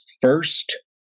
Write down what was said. first